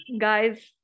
Guys